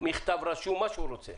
מכתב רשום, מה שהוא רוצה.